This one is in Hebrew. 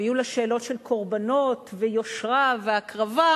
ויהיו לה שאלות של קורבנות ויושרה והקרבה,